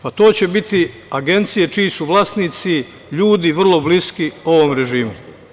Pa, to će biti agencije čiji su vlasnici ljudi vrlo bliski ovom režimu.